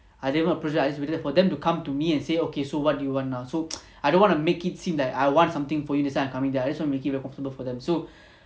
I never approach them I just waited for them to come to me and say okay so what do you want now so I don't want to make it seem that I want something for you that's why I'm coming ya I just want to make it very comfortable for them so